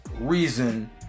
reason